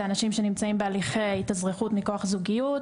אנשים שנמצאים בהליכי התאזרחות מכוח זוגיות,